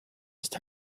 ist